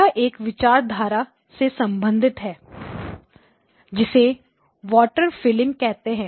यह एक विचारधारा से संबंधित है जिसे वाटर फीलिंग कहते हैं